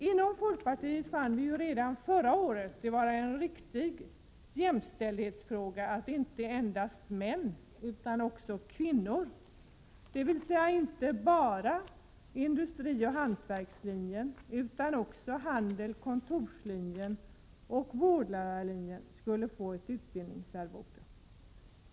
Inom folkpartiet fann vi redan förra året det vara en jämställdhetsfråga att utbildningsarvode skall utgå inte endast till män utan också till kvinnor, dvs. inte bara på industrioch hantverkslinjen utan också på handelsoch kontorslinjen och på vårdlärarlinjen.